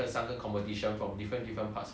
他可以 draw 三个 competition 的钱了